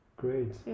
Great